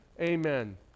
Amen